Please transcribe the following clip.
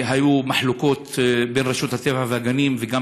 והיו מחלוקות בין רשות הטבע והגנים וגם